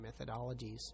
methodologies